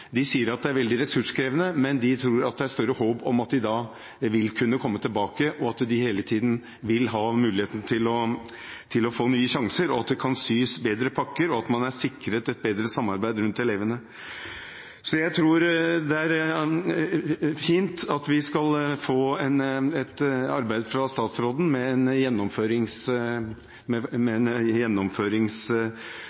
De sier at det er veldig ressurskrevende, men de tror at det er større håp om at de da vil kunne komme tilbake, at de hele tiden vil ha muligheten til å få nye sjanser, at det kan sys bedre pakker, og at man er sikret et bedre samarbeid rundt elevene. Så jeg tror det er fint at vi skal få et arbeid fra statsråden, med en